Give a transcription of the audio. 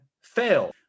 fail